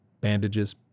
Bandages